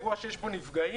אירוע שיש בו נפגעים,